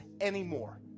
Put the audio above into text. anymore